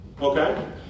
okay